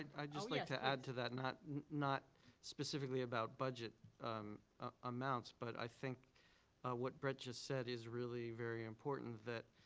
and i'd just like to add to that, not not specifically about budget amounts, but i think what brett just said is really very important, that